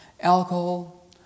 Alcohol